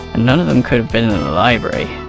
and none of them could have been in the library.